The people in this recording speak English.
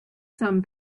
some